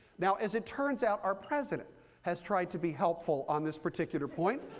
now as it turns out, our president has tried to be helpful on this particular point.